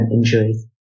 injuries